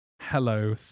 hello